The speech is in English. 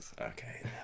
Okay